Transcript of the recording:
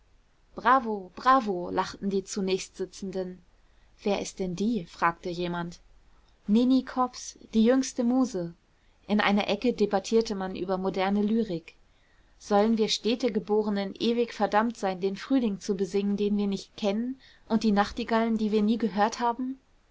bravo bravo lachten die zunächstsitzenden wer ist denn die fragte jemand nini kops die jüngste muse in einer ecke debattierte man über moderne lyrik sollen wir städtegeborenen ewig verdammt sein den frühling zu besingen den wir nicht kennen und die nachtigallen die wir nie gehört haben